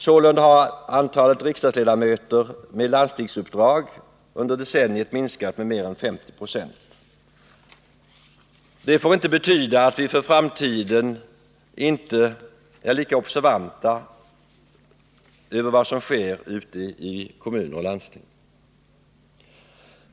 Sålunda har antalet riksdagsledamöter med landstingsuppdrag under decenniet minskat med mer än 50 90. Det får inte betyda att vi för framtiden inte är lika observanta över vad som sker ute i kommuner och landsting.